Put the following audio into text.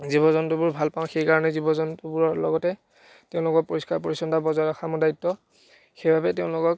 জীৱ জন্তুবোৰ ভাল পাওঁ সেইকাৰণে জীৱ জন্তুবোৰৰ লগতে তেওঁলোকৰ পৰিস্কাৰ পৰিচ্ছন্নতা বজাই ৰখা মোৰ দায়িত্ব সেইবাবে তেওঁলোকক